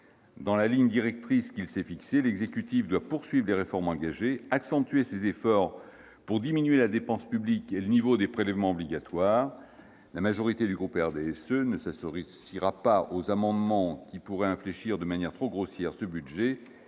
Dans la ligne directrice qu'il s'est fixée, l'exécutif doit poursuivre les réformes engagées, accentuer ses efforts pour diminuer la dépense publique et le niveau des prélèvements obligatoires. La majorité du groupe du RDSE ne s'associera pas aux amendements qui pourraient infléchir de manière trop grossière ce projet